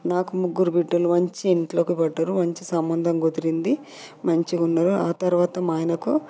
నాకు ముగ్గురు బిడ్డలు మంచి ఇంట్లోకి పడ్డారు మంచి సంబంధం కుదిరింది మంచిగా ఉన్నారు ఆ తర్వాత మా ఆయనకు